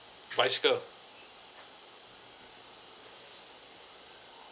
bicycle